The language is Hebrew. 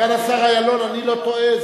סגן השר אילון, אני לא טועה.